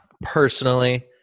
personally